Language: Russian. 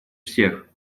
всех